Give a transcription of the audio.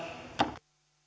arvoisa rouva